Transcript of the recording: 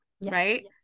right